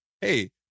hey